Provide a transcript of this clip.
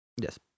Yes